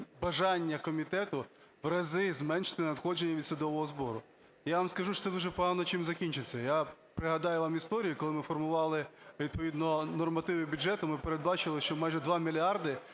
бажання комітету в рази зменшити надходження від судового збору. Я вам скажу, що це дуже погано чим закінчиться. Я нагадаю вам історію, коли ми формували відповідно нормативи бюджету, ми передбачили, що майже 2 мільярди